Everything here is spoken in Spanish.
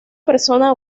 persona